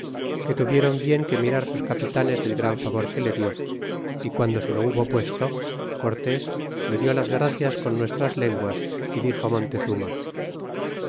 que tuviéron bien que mirar sus capitanes del gran favor que le dió y guando se lo hubo puesto cortés le dió las gracias con nuestras lenguas dixo montezuma